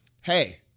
hey